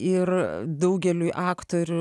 ir daugeliui aktorių